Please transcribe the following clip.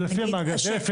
--- זה לפי המאגר.